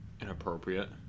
inappropriate